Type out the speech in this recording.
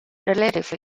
relatively